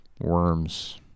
worms